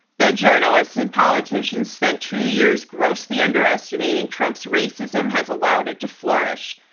that journalists and politicians spent two years grossly underestimating trump's racism has allowed it to flourish.